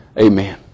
amen